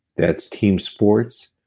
that's team sports,